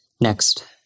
Next